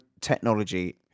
technology